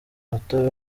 umutobe